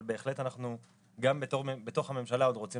אבל בהחלט אנחנו גם בתוך הממשלה עוד רוצים